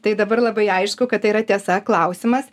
tai dabar labai aišku kad tai yra tiesa klausimas